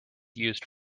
used